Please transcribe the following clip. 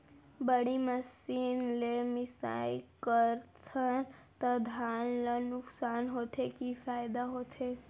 बड़ी मशीन ले मिसाई करथन त धान ल नुकसान होथे की फायदा होथे?